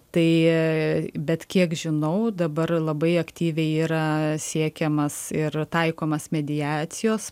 tai bet kiek žinau dabar labai aktyviai yra siekiamas ir taikomas mediacijos